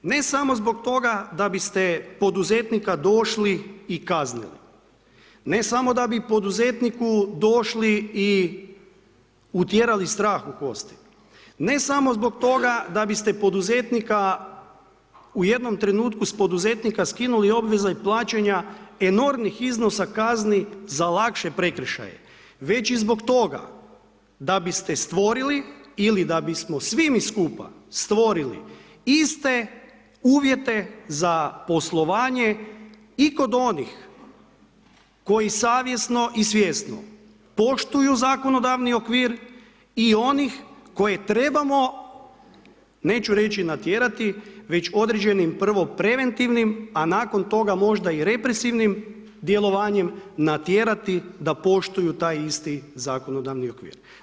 Ne samo zbog toga da biste poduzetnika došli i kaznili, ne samo da bi poduzetniku došli i utjerali strah u kosti, ne samo zbog toga da biste poduzetnika u jednom trenutku s poduzetnika skinuli obveze i plaćanja enormnih iznosa kazni za lakše prekršaje, već i zbog toga da biste stvorili da bismo svi mi skupa stvorili iste uvjete za poslovanje i kod onih koji savjesno i svjesno poštuju zakonodavni okvir i onih koje trebamo, neću reći natjerati, već određenim prvo preventivnim a nakon toga možda i represivnim djelovanjem natjerati da poštuju taj isti zakonodavni okvir.